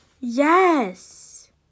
Yes